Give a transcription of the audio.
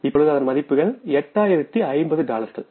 இப்பொழுது அதன் மதிப்புகள் 8050 டாலர்கள்